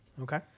Okay